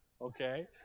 okay